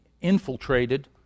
infiltrated